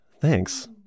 thanks